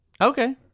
Okay